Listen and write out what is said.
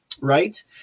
right